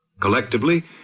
Collectively